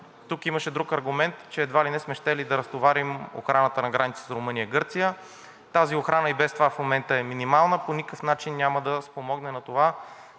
тук имаше друг аргумент, че едва ли не сме щели да разтоварим охраната на границата Румъния – Гърция. Тази охрана и без това в момента е минимална, по никакъв начин няма да спомогне на това,